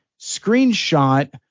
screenshot